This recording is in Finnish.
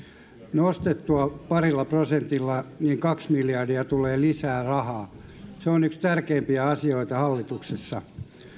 nostettua parilla prosentilla niin kaksi miljardia tulee lisää rahaa se on yksi tärkeimpiä asioita hallituksessa